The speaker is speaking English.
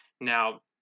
Now